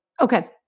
Okay